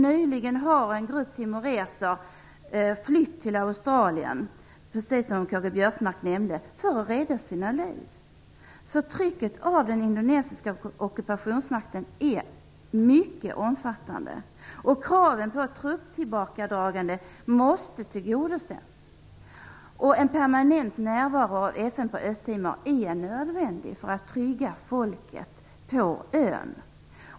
Nyligen har en grupp timoreser flytt till Australien, precis som Karl-Göran Biörsmark nämnde, för att rädda sina liv. Förtrycket av den indonesiska ockupationsmakten är mycket omfattande. Kraven på ett trupptillbakadragande måste tillgodoses. En permanent närvaro av FN på Östtimor är nödvändig för att trygga folket på ön.